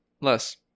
less